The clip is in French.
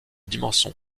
dimension